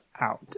out